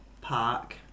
park